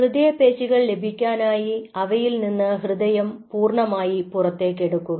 ഹൃദയപേശികൾ ലഭിക്കാനായി അവയിൽനിന്ന് ഹൃദയം പൂർണമായി പുറത്തേക്കെടുക്കുക